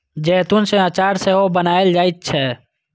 जैतून सं अचार सेहो बनाएल जाइ छै